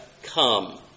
Come